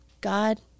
God